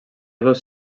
dos